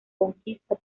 conquista